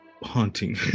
haunting